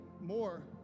more